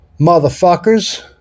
motherfuckers